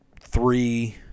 three